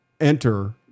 enter